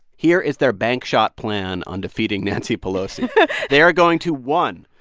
here is their bank shot plan on defeating nancy pelosi they are going to, one,